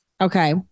okay